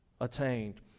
attained